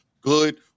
good